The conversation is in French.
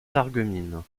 sarreguemines